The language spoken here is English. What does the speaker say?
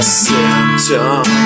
symptom